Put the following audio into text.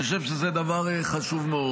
אני חושב שזה דבר חשוב מאוד.